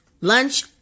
lunch